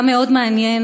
היה מאוד מעניין,